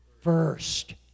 first